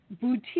boutique